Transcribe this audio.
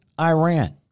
Iran